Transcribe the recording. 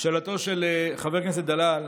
שאלתו של חבר הכנסת דלל: